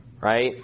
Right